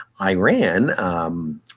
Iran